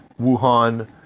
Wuhan